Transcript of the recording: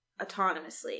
autonomously